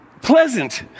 pleasant